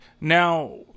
Now